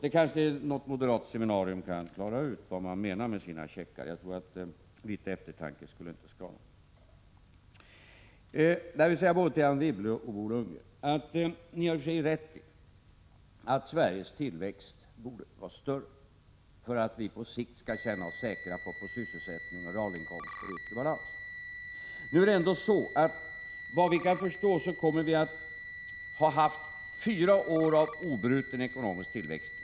Det kanske är något moderat seminarium som kan klara ut vad man menar med checkar. Jag tror att litet eftertanke inte skulle skada. Anne Wibble och Bo Lundgren har i och för sig rätt i att tillväxten i Sverige borde vara större för att vi på sikt skall känna oss säkra när det gäller sysselsättning, realinkomster och yttre balans. Såvitt vi kan förstå kommer vi att ha haft fyra år av obruten ekonomisk tillväxt.